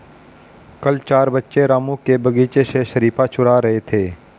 कल चार बच्चे रामू के बगीचे से शरीफा चूरा रहे थे